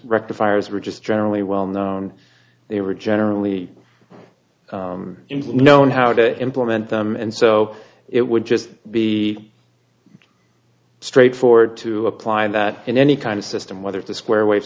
rectifiers were just generally well known they were generally known how to implement them and so it would just be straight forward to apply that in any kind of system whether to square w